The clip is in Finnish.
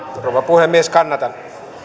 rouva puhemies kannatan